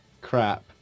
crap